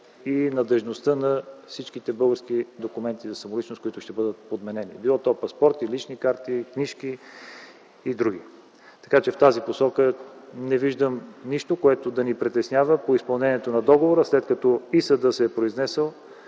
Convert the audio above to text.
за надеждност на всички български документи за самоличност, които ще бъдат подменени – било то паспорти, лични карти, книжки и др. В този смисъл не виждам нищо, което да ни притеснява по изпълнението на договора, след като и съдът се е произнесъл